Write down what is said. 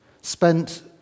spent